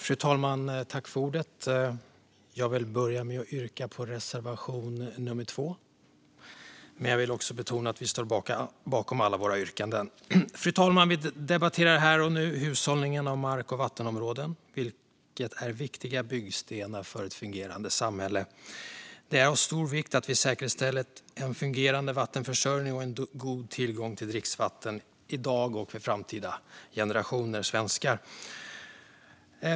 Fru talman! Jag vill börja med att yrka bifall till reservation nummer 2, men jag vill betona att vi står bakom alla våra reservationer. Fru talman! Vi debatterar här och nu hushållning med mark och vattenområden, som är viktiga byggstenar för ett fungerande samhälle. Det är av stor vikt att vi säkerhetsställer fungerande vattenförsörjning och god tillgång till dricksvatten, i dag och för framtida generationer svenskar.